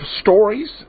stories